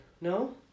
No